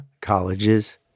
colleges